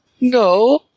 No